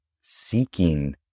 seeking